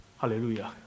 Hallelujah